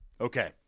Okay